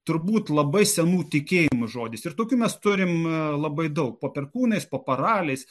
turbūt labai senų tikėjimų žodis ir taupymas turime labai daug po perkūnais po paraliais